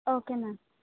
okay ma'am